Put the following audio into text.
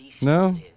No